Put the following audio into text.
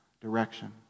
direction